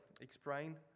explain